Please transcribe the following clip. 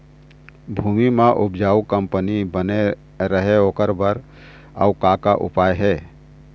भूमि म उपजाऊ कंपनी बने रहे ओकर बर अउ का का उपाय हे?